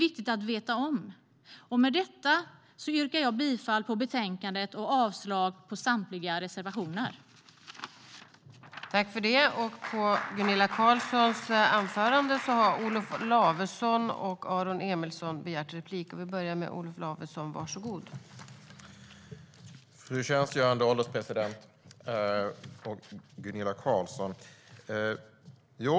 Med detta yrkar jag bifall till förslaget i betänkandet och avslag på samtliga reservationer.